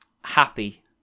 happy